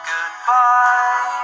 Goodbye